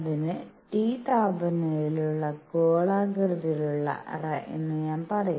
അതിനെ T താപനിലയിൽ ഉള്ള ഗോളാകൃതിയിലുള്ള അറഎന്ന് ഞാൻ പറയും